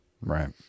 Right